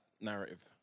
narrative